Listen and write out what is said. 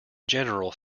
general